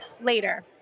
Later